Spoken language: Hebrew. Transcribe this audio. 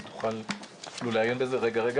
אם תוכל אפילו לעיין בזה רגע.